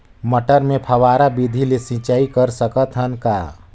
मटर मे फव्वारा विधि ले सिंचाई कर सकत हन का?